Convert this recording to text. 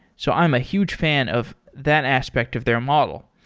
so i'm a huge fan of that aspect of their model.